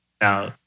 Now